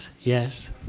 Yes